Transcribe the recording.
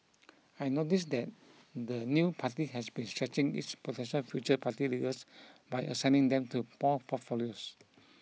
I noticed that the new party has been stretching its potential future party leaders by assigning them to pore portfolios